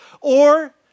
or